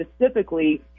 specifically